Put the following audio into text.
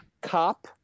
Cop